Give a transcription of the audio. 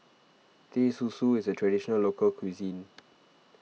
Teh Susu is a Traditional Local Cuisine